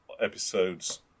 episodes